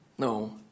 no